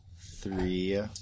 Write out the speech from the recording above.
three